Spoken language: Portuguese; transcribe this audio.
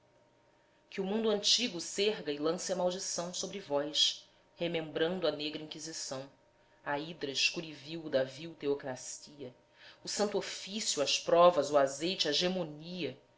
que o mundo antigo s'erga e lance a maldição sobre vós remembrando a negra lnquisição a hidra escura e vil da vil teocracia o santo ofício as provas o azeite a gemonia